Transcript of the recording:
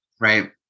right